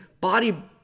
body